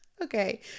Okay